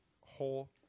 whole